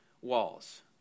walls